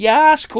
Yes